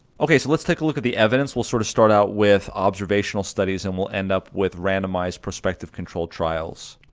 okay, so let's take a look at the evidence. we'll sort of start out with observational studies and we'll end up with randomized prospective controlled trials.